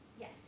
Yes